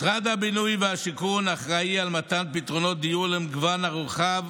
משרד הבינוי והשיכון אחראי למתן פתרונות דיור למגוון רחב